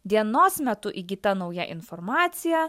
dienos metu įgyta nauja informacija